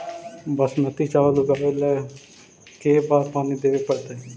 बासमती चावल उगावेला के बार पानी देवे पड़तै?